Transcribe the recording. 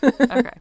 Okay